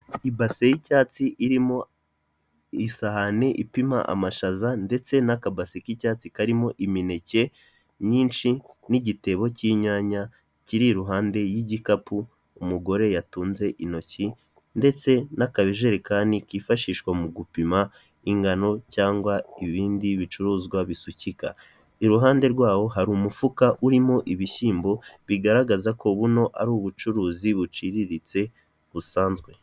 Ibase y'icyatsi irimo isahani ipima amashaza ndetse n'akabase k'icyatsi karimo imineke myinshi n'igitebo cy'inyanya kiri iruhande y'igikapu umugore yatunze intoki, ndetse n'akajerekani kifashishwa mu gupima ingano cyangwa ibindi bicuruzwa bisukika, iruhande rwawo hari umufuka urimo ibishyimbo bigaragaza ko buno ari ubucuruzi buciriritse busanzwe.